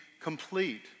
complete